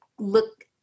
look